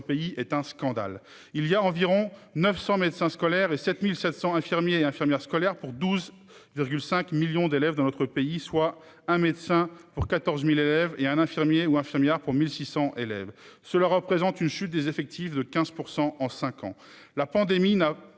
pays est un scandale il y a environ 900 médecins scolaires et 7700 infirmiers et infirmières scolaires pour 12,5 millions d'élèves dans notre pays soit un médecin pour 14.000 élèves et un infirmier ou infirmière pour 1600 élèves, cela représente une chute des effectifs de 15% en 5 ans, la pandémie n'a,